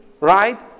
right